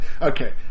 Okay